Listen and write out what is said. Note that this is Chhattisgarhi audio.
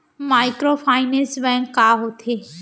माइक्रोफाइनेंस बैंक का होथे?